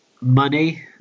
money